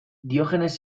diogenes